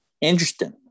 Interesting